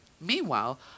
meanwhile